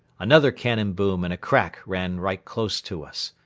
another cannon boom and a crack ran right close to us.